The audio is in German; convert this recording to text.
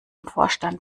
vorstand